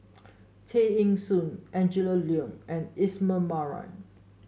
Tay Eng Soon Angela Liong and Ismail Marjan